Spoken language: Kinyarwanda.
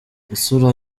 isura